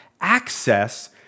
access